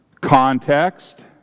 context